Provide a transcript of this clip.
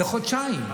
לחודשיים.